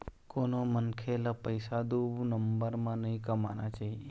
कोनो मनखे ल पइसा दू नंबर म नइ कमाना चाही